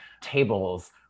tables